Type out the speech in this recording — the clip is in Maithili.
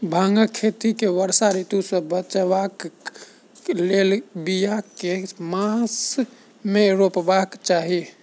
भांगक खेती केँ वर्षा ऋतु सऽ बचेबाक कऽ लेल, बिया केँ मास मे रोपबाक चाहि?